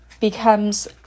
becomes